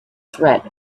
threat